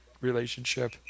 relationship